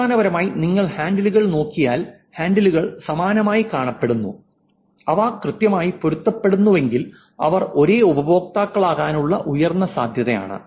അടിസ്ഥാനപരമായി നിങ്ങൾ ഹാൻഡിലുകൾ നോക്കിയാൽ ഹാൻഡിലുകൾ സമാനമായി കാണപ്പെടുന്നു അവ കൃത്യമായി പൊരുത്തപ്പെടുന്നെങ്കിൽ അവർ ഒരേ ഉപയോക്താക്കളാകാനുള്ള ഉയർന്ന സാധ്യതയാണ്